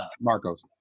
Marcos